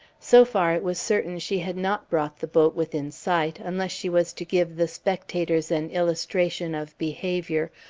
so far it was certain she had not brought the boat within sight, unless she was to give the spectators an illustration of behaviour,